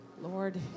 Lord